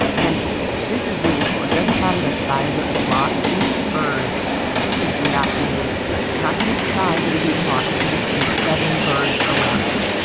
and this is really cool it doesn't matter the size of the flock each bird is reacting not to the size of a huge flock, but just to the seven birds around it.